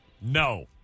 No